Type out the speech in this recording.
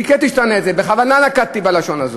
חיכיתי שתענה את זה, בכוונה נקטתי את הלשון הזאת,